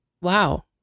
Wow